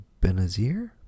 Benazir